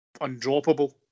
undroppable